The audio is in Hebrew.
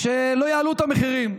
שלא יעלו את המחירים.